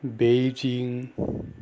Beijing